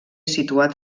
situat